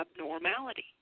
abnormality